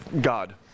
God